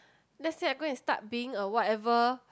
let's say I go and start being a whatever